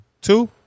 Two